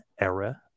Era